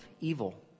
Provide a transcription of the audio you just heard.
evil